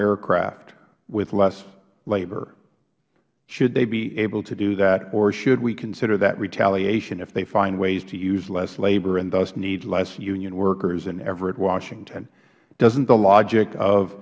aircraft with less labor should they be able to do that or should we consider that retaliation if they find ways to use less labor and thus need less union workers in everett washington doesn't the logic of